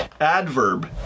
Adverb